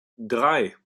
drei